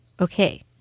Okay